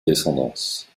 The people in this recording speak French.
descendance